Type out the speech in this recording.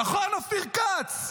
נכון, אופיר כץ?